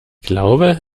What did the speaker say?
glaube